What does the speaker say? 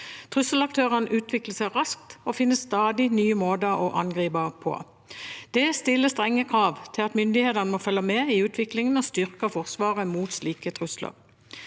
Trusselaktørene utvikler seg raskt og finner stadig nye måter å angripe på. Det stiller strenge krav til at myndighetene må følge med i utviklingen og styrke forsvaret mot slike trusler.